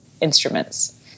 instruments